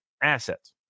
assets